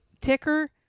ticker